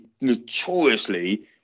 notoriously